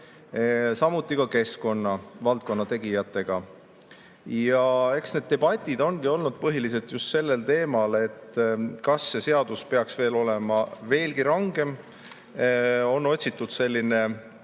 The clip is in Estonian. samuti keskkonnavaldkonna tegijatega. Ja eks need debatid ongi olnud põhiliselt just sellel teemal, kas see seadus peaks olema veelgi rangem. On otsitud selline